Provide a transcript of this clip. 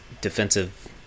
defensive